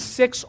six